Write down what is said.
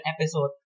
episode